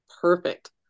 Perfect